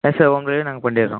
S sir உங்கள் நாங்கள் பண்ணிடறோம்